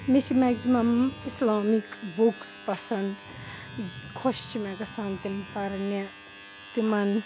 مےٚ چھِ maximum Islamic books پَسَنٛد خۄش چھِ مےٚ گَژھان تِم پَرنہِ تِمَن